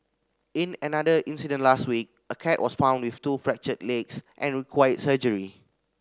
in another incident last week a cat was found with two fractured legs and required surgery